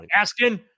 Asking